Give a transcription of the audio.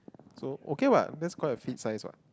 so okay what that's quite a fit size what